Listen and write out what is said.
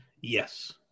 Yes